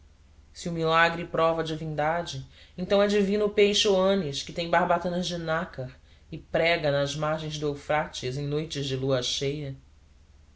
se o milagre prova a divindade então é divino o peixe oanes que tem barbatanas de nácar e prega nas margens do eufrates em noites de lua cheia